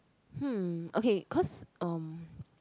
hmm okay cause um